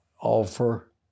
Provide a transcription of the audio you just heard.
offer